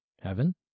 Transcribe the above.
heaven